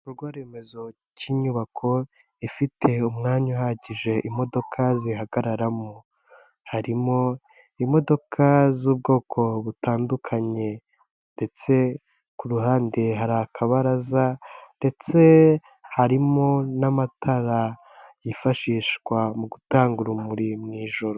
Igikorwa remezo k'inyubako, ifite umwanya uhagije imodoka zihagararamo, harimo imodoka z'ubwoko butandukanye ndetse ku ruhande hari akabaraza ndetse harimo n'amatara yifashishwa mu gutanga urumuri mu ijoro.